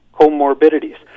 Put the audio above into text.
comorbidities